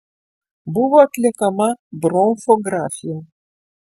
buvo atliekama bronchografija